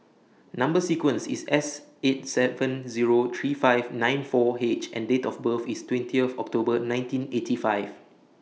Number sequence IS S eight seven Zero three five nine four H and Date of birth IS twentieth October nineteen eighty five